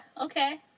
Okay